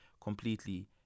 completely